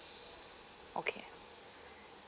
okay